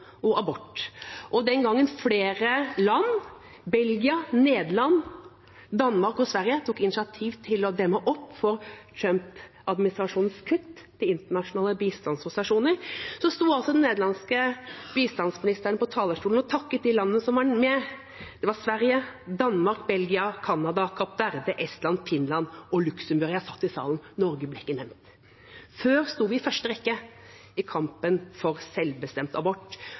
og abort. Den gangen flere land – Belgia, Nederland, Danmark og Sverige – tok initiativ til å demme opp for Trump-administrasjonens kutt til internasjonale bistandsorganisasjoner, sto den nederlandske bistandsministeren på talerstolen og takket landene som var med. Det var Sverige, Danmark, Belgia, Canada, Kapp Verde, Estland, Finland og Luxembourg. Jeg satt i salen. Norge ble ikke nevnt. Før sto vi i første rekke i kampen for selvbestemt abort.